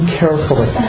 carefully